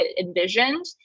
envisioned